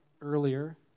Earlier